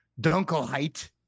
Dunkelheit